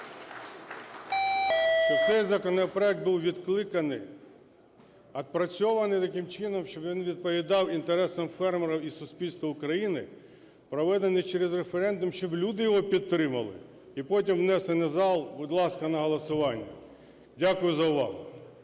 Дякую за увагу.